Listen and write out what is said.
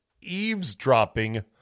eavesdropping